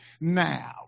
now